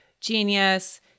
Genius